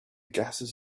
gases